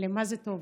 למה זה טוב?